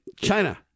china